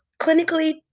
clinically